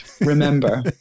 remember